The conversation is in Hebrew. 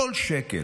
כל שקל.